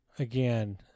Again